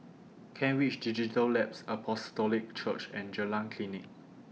Kent Ridge Digital Labs Apostolic Church and Jalan Klinik